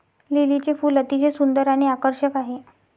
लिलीचे फूल अतिशय सुंदर आणि आकर्षक आहे